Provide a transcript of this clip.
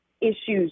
issues